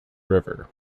river